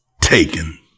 taken